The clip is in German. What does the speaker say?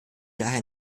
daher